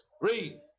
read